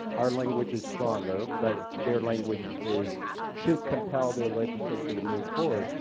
our language is stronger but their language is should compel their legislature to move forward.